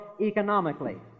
economically